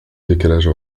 décalage